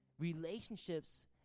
Relationships